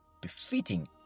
befitting